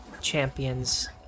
champions